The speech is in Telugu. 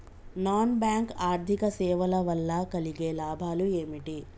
నాన్ బ్యాంక్ ఆర్థిక సేవల వల్ల కలిగే లాభాలు ఏమిటి?